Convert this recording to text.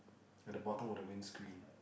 at the bottom of the windscreen